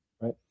Right